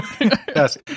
Yes